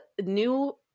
new